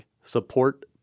support